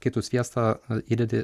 kai tu sviestą įdedi